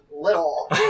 little